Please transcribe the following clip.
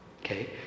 okay